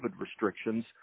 restrictions